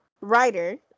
writer